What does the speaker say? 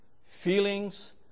feelings